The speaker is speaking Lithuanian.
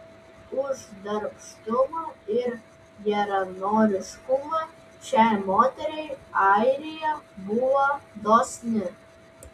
už darbštumą ir geranoriškumą šiai moteriai airija buvo dosni